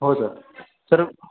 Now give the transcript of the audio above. हो sir sir